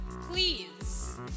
please